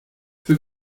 für